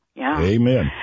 Amen